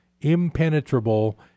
impenetrable